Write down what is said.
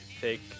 take